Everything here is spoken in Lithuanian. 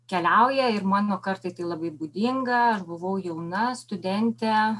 keliauja ir mano kartai tai labai būdinga aš buvau jauna studentė